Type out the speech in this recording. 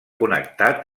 connectar